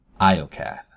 Iocath